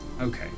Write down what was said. Okay